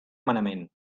manament